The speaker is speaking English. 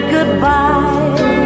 Goodbye